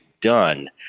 done